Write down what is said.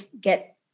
get